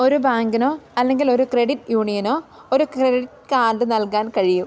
ഒരു ബാങ്കിനോ അല്ലെങ്കിലൊരു ക്രെഡിറ്റ് യൂണിയനോ ഒരു ക്രെഡിറ്റ് കാർഡ് നൽകാൻ കഴിയും